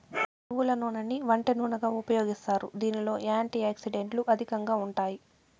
నువ్వుల నూనెని వంట నూనెగా ఉపయోగిస్తారు, దీనిలో యాంటీ ఆక్సిడెంట్లు అధికంగా ఉంటాయి